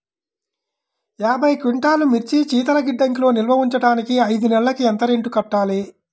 యాభై క్వింటాల్లు మిర్చి శీతల గిడ్డంగిలో నిల్వ ఉంచటానికి ఐదు నెలలకి ఎంత రెంట్ కట్టాలి?